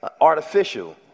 artificial